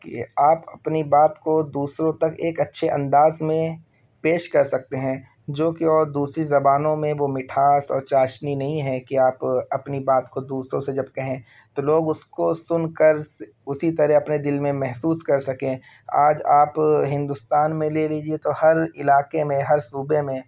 کہ آپ اپنی بات کو دوسروں تک ایک اچّھے انداز میں پیش کر سکتے ہیں جو کہ اور دوسری زبانوں میں وہ مٹھاس اور چاشنی نہیں ہے کہ آپ اپنی بات کو دوسروں سے جب کہیں تو لوگ اس کو سن کر اسی طرح اپنے دل میں محسوس کر سکیں آج آپ ہندوستان میں لے لیجیے تو ہر علاقے میں ہر صوبے میں